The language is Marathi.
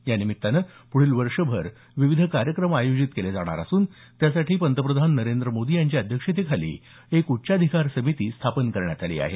या निमित्तानं पुढील वर्षभर विविध कार्यक्रम आयोजित केले जाणार असून त्यासाठी पंतप्रधान नरेंद्र मोदी यांच्या अध्यक्षतेखाली एक उच्चाधिकार समिती स्थापन करण्यात आली आहे